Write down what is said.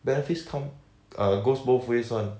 benefits come err goes both ways one